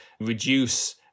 reduce